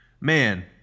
man